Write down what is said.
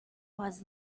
was